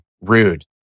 rude